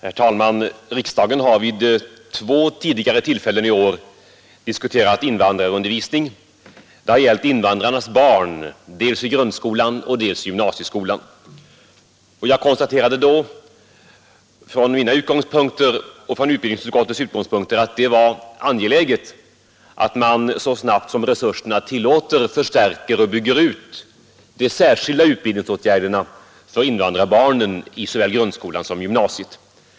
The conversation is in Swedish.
Herr talman! Riksdagen har vid två tidigare tillfällen i år diskuterat invandrarundervisning. Det har gällt invandrarnas barn dels i grundskolan, dels i gymnasieskolan. Jag konstaterade då från mina utgångspunkter att det är angeläget att man så snabbt som resurserna tillåter förstärker och bygger ut de särskilda utbildningsåtgärderna för invandrarbarnen i såväl grundskolan som gymnasiet.